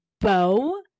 bow